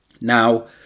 Now